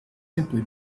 simply